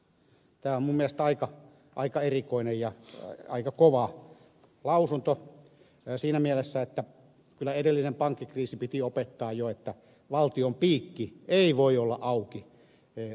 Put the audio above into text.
tämä on minun mielestäni aika erikoinen ja aika kova lausunto siinä mielessä että kyllä edellisen pankkikriisin piti opettaa jo että valtion piikki ei voi olla auki rajattomasti